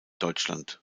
deutschland